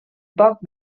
poc